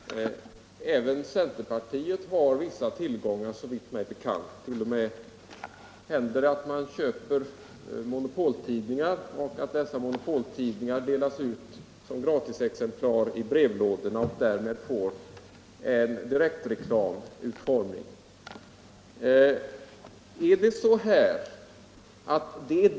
Herr talman! Även centerpartiet har vissa tillgångar, såvitt mig är bekant. Det händer t.o.m. att man köper monopoltidningar och att dessa delas ut som gratisexemplar i brevlådorna och därmed får utformning som direktreklam.